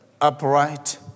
upright